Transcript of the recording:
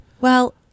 Well-